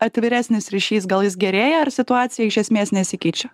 atviresnis ryšys gal jis gerėja ar situacija iš esmės nesikeičia